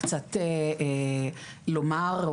קצת לומר,